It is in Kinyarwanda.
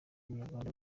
munyarwanda